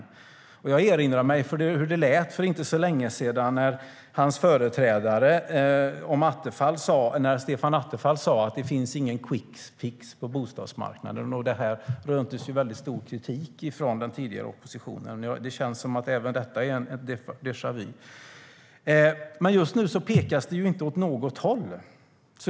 Jag erinrar mig hur det lät för inte så länge sedan när hans företrädare Stefan Attefall sa att det inte finns någon quick fix på bostadsmarknaden. Det rönte stark kritik från den tidigare oppositionen. Även detta känns som déjà vu. Just nu pekas det inte åt något håll.